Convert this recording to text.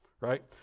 right